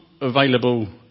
available